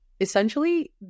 essentially